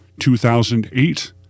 2008